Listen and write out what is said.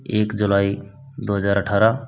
एक जुलाई दो हज़ार अठारह